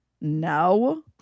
no